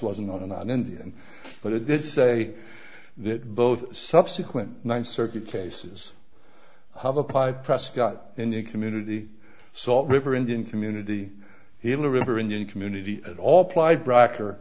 wasn't on an indian but it did say that both subsequent ninth circuit cases have applied prescott in the community salt river indian community healer river indian community at all ply brocker